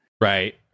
Right